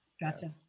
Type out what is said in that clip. Gotcha